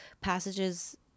passages